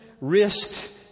risked